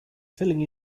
filling